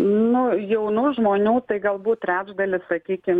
nu jaunų žmonių tai galbūt trečdalis sakykim